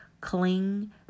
cling